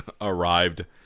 arrived